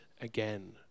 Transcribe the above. again